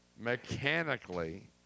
mechanically